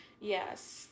yes